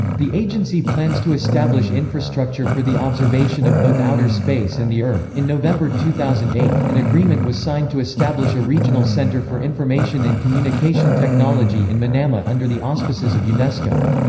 the agency plans to establish infrastructure for the observation of both outer space and the earth in november two thousand and eight, an agreement was signed to establish a regional centre for information and communication technology in manama under the auspices of unesco.